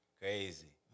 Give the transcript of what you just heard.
Crazy